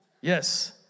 Yes